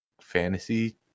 fantasy